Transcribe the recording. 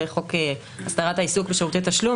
חוק הסדרת העיסוק בשירותי תשלום,